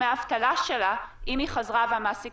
אם היא חזרה והמעסיק